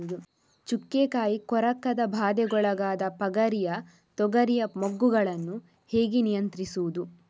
ಚುಕ್ಕೆ ಕಾಯಿ ಕೊರಕದ ಬಾಧೆಗೊಳಗಾದ ಪಗರಿಯ ತೊಗರಿಯ ಮೊಗ್ಗುಗಳನ್ನು ಹೇಗೆ ನಿಯಂತ್ರಿಸುವುದು?